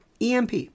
EMP